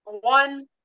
one